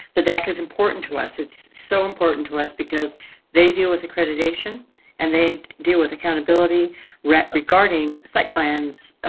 the deck is important to us. it's so important to us because they deal with accreditation and they deal with accountability rat regarding site plans,